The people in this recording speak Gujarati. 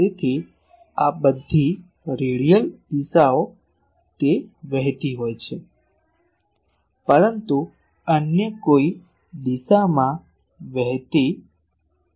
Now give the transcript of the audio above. તેથી બધી રેડિયલ દિશાઓ તે વહેતી હોય છે પરંતુ અન્ય કોઈ દિશામાં તે વહેતી નથી